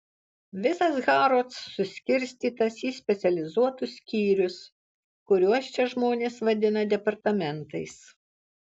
visas harrods suskirstytas į specializuotus skyrius kuriuos čia žmonės vadina departamentais